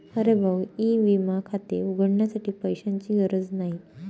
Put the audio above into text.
अरे भाऊ ई विमा खाते उघडण्यासाठी पैशांची गरज नाही